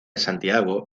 santiago